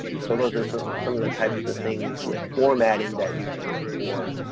so those are some, some of the types of things with formatting that you can look for.